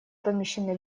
помещены